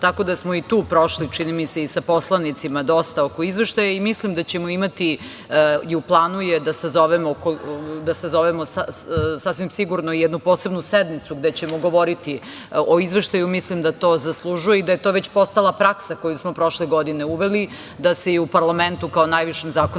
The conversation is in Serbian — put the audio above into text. tako da smo i tu prošli, čini mi se, i sa poslanicima dosta oko izveštaja. Mislim da ćemo imati i u planu je da sazovemo sasvim sigurno jednu posebnu sednicu gde ćemo govoriti o izveštaju. Mislim da to zaslužuje i da je to već postala praksa koju smo prošle godine uveli, da se i u parlamentu, kao najvišem